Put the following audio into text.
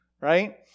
right